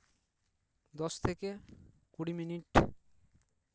ᱫᱚᱥ ᱛᱷᱮᱠᱮ ᱠᱩᱲᱤ ᱢᱤᱱᱤᱴ